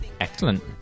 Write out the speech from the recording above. Excellent